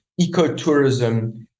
ecotourism